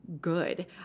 good